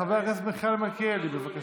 חבר הכנסת מיכאל מלכיאלי, בבקשה.